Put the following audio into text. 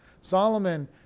Solomon